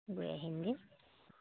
গৈ আহিমগৈ